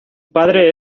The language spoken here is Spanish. padre